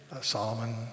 Solomon